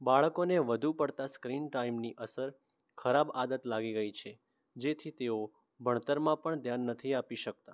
બાળકોને બધુ પડતા સ્ક્રીન ટાઈમની અસર ખરાબ આદત લાગી ગઈ છે જેથી તેઓ ભણતરમાં પણ ધ્યાન નથી આપી શકતા